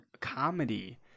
comedy